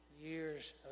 years